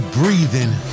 breathing